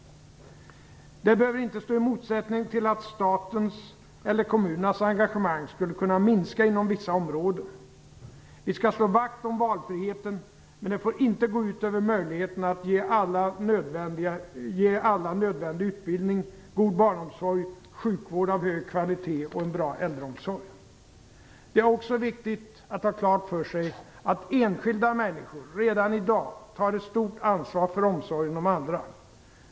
Det behöver inte stå i motsättning till att statens eller kommunernas engagemang skulle kunna minska inom vissa områden. Vi skall slå vakt om valfriheten, men det får inte gå ut över möjligheten att ge alla nödvändig utbildning, god barnomsorg, sjukvård av hög kvalitet och en bra äldreomsorg. Det är också viktigt att ha klart för sig att enskilda människor redan i dag tar ett stort ansvar för omsorgen om andra.